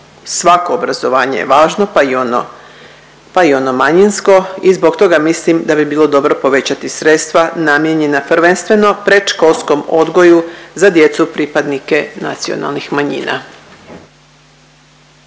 Svako obrazovanje je važno, pa i ono manjinsko i zbog toga mislim da bi bilo dobro povećati sredstva namijenjena prvenstveno predškolskom odgoju za djecu pripadnike nacionalnih manjina.